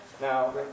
Now